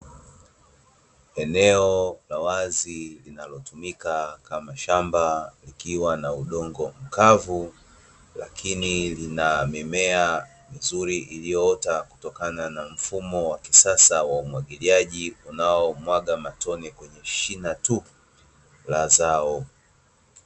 Eneo la wazi linalotumika kama shamba likiwa na udongo mkavu lakini kuna mimea iliyostawikutokana na wa unaomwaga matone kwenye shina la zao tu